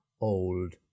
old